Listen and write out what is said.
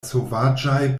sovaĝaj